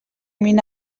min